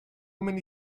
many